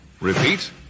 Repeat